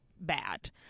bad